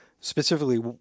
specifically